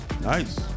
Nice